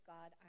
God